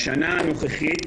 בשנה הנוכחית